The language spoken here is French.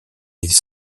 les